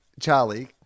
Charlie